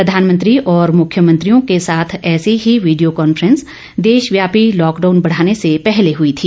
प्रधानमंत्री और मुख्यमंत्रियों के साथ ऐसी ही वीडियो कांफ्रेंस देशव्यापी लॉकडाउन बढ़ाने से पहले हुई थी